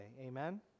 amen